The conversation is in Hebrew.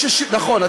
נכון,